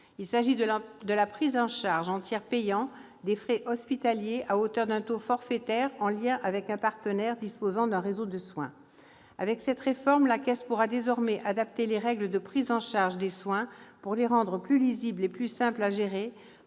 Il s'agit de la prise en charge en tiers payant des frais hospitaliers à hauteur d'un taux forfaitaire, en lien avec un partenaire disposant d'un réseau de soins. Avec cette réforme, la Caisse pourra désormais adapter les règles de prise en charge des soins pour les rendre plus lisibles et plus simples à gérer